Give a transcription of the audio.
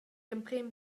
emprem